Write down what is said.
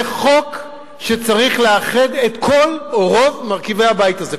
זה חוק שצריך לאחד את רוב מרכיבי הבית הזה,